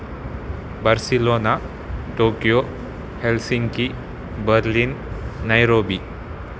Barcelona Tokyo Helsinki Berlin Nairobi